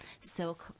silk